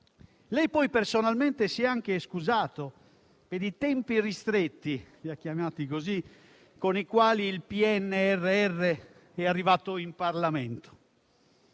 Lei poi, personalmente, si è anche scusato per i tempi ristretti - li ha chiamati così - con i quali il PNRR è arrivato in Parlamento.